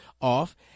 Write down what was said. off